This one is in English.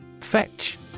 fetch